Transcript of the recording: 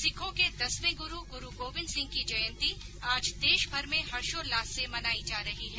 सिखों के दसवें गुरू गुरू गोबिन्द सिंह की जयंती आज देशभर में हर्षोल्लास से मनाई जा रही है